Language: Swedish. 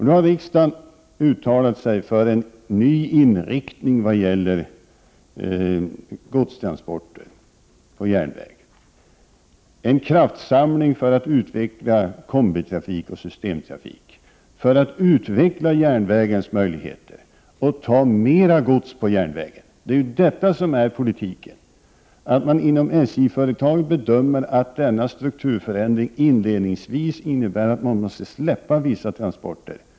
Nu har riksdagen uttalat sig för en ny inriktning vad gäller godstransporter på järnväg. Det är en kraftsamling för att utveckla kombitrafik och systemtrafik, för att utveckla järnvägens möjligheter och kunna ta mera gods på järnvägen. Det är ju detta som är meningen med politiken. Det är riktigt att man inom SJ bedömer att denna strukturförändring inledningsvis innebär att man måste släppa vissa transporter.